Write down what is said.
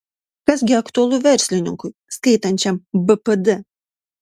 kas gi aktualu verslininkui skaitančiam bpd